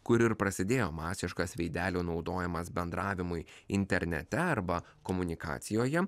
kur ir prasidėjo masiškas veidelio naudojimas bendravimui internete arba komunikacijoje